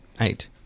Eight